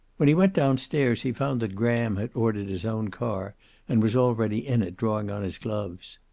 when he went down-stairs he found that graham had ordered his own car and was already in it, drawing on his gloves.